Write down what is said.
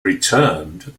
returned